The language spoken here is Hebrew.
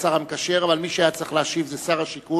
והשר המקשר, אבל מי שהיה צריך להשיב זה שר השיכון,